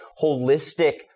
holistic